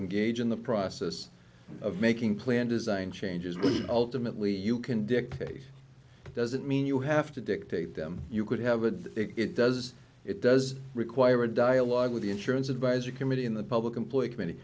engage in the process of making plan design changes were ultimately you can dictate doesn't mean you have to dictate them you could have a it does it does require a dialogue with the insurance advisor committee in the public employee